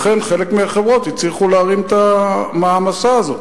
אכן חלק מהחברות הצליחו להרים את המעמסה הזאת,